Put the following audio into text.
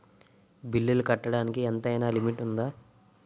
బిల్లులు కట్టడానికి ఎంతైనా లిమిట్ఉందా?